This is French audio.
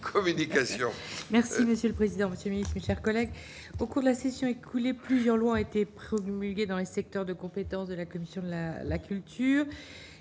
Merci monsieur le président, monsieur le ministre, chers collègues, au cours de la session écoulée, plusieurs lois ont été prévenus le dans les secteurs de compétence de la commission de la la culture